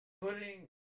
putting